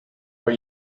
are